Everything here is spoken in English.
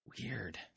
Weird